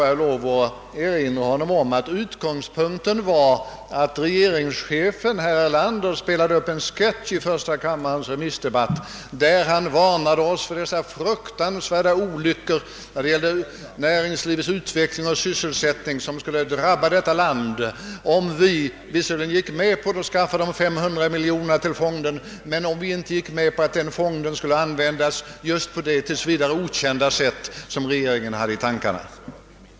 Jag vill erinra honom om att utgångspunkten var att regeringschefen herr Erlander i första kammarens remissdebatt spelade upp en sketch där han varnade oss för de fruktansvärda olyckor i fråga om näringslivets utveckling och sysselsättningen som skulle drabba landet, om vi visserligen gick med på att skaffa dessa 500 miljoner kronor till fonden men inte accepterade att fonden användes just på det tills vidare okända sätt som regeringen hade i tankarna.